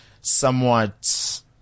somewhat